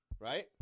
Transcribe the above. right